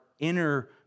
inner